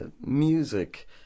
music